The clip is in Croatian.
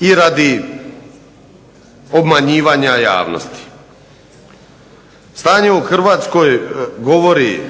i radi obmanjivanja javnosti. Stanje u Hrvatskoj govori